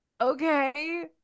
okay